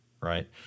right